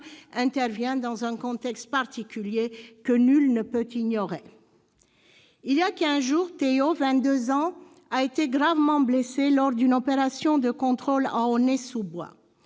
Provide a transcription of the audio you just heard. intervient dans un contexte particulier que nul ne peut ignorer. Il y a quinze jours, Théo, vingt-deux ans, a été gravement blessé lors d'une opération de contrôle à Aulnay-sous-Bois.